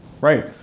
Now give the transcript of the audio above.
Right